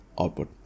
output